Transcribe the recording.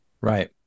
Right